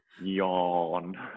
Yawn